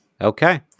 Okay